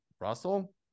Russell